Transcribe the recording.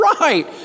right